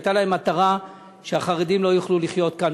הייתה להם מטרה שהחרדים לא יוכלו לחיות כאן,